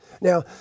Now